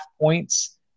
points